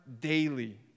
daily